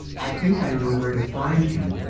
i think i know where to find him.